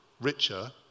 richer